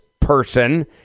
person